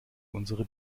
unsere